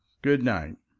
good-night.